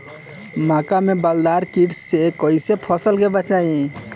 मक्का में बालदार कीट से कईसे फसल के बचाई?